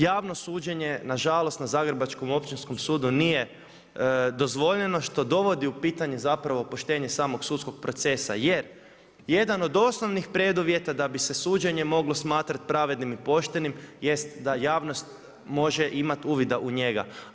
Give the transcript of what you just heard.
Javno suđenje na žalost na zagrebačkom Općinskom sudu nije dozvoljeno što dovodi u pitanje zapravo poštenje samog sudskog procesa, jer jedan od osnovnih preduvjeta da bi se suđenje moglo smatrati pravednim i poštenim jest da javnost može imati uvida u njega.